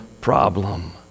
problem